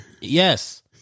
Yes